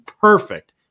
perfect